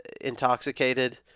intoxicated